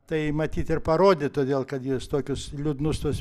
tai matyt ir parodė todėl kad jis tokius liūdnus tuos